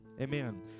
Amen